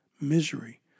Misery